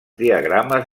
diagrames